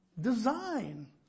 design